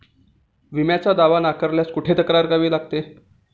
विम्याचा दावा नाकारल्यास कुठे तक्रार करावी लागते?